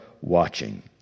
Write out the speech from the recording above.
watching